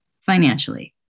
financially